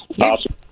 Awesome